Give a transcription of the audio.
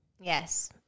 Yes